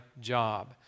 job